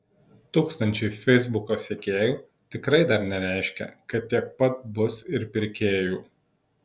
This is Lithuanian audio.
tūkstančiai feisbuko sekėjų tikrai dar nereiškia kad tiek pat bus ir pirkėjų